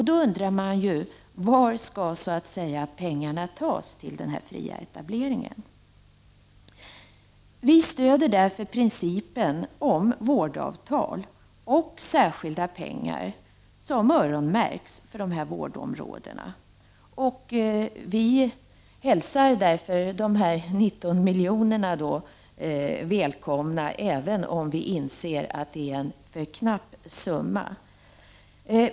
Då undrar man var pengarna skall tas till den här fria etableringen. Vi stöder därför principen om vårdavtal och särskilda pengar som öronmärks för de här vårdområdena. Vi hälsar därför de här 19 miljonerna välkomna även om vi inser att det är en för knapp summa.